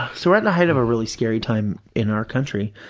so we're at the height of a really scary time in our country,